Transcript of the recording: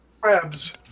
Crabs